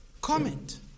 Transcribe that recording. comment